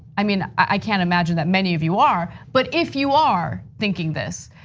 i mean, i can't imagine that many of you are but if you are thinking this,